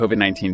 COVID-19